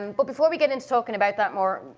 um but before we get into talking about that more,